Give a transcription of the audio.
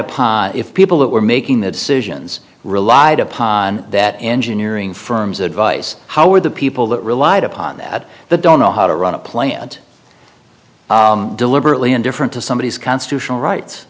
upon if people that were making the decisions relied upon that engineering firms advice how were the people that relied upon that the don't know how to run a plant deliberately indifferent to somebodies constitutional rights